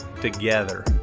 together